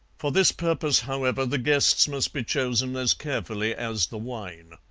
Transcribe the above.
for this purpose, however, the guests must be chosen as carefully as the wine.